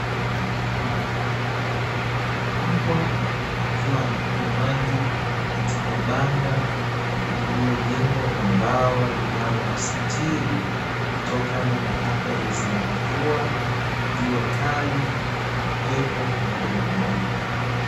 Mbwa akiwa anakunywa maji katika banda lililojengwa kwa mbao, linalomstiri kutokana na athari za mvua, jua kali, upepo, pamoja na baridi.